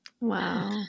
Wow